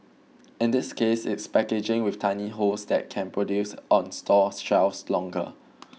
in this case it's packaging with tiny holes that can produce on store shelves longer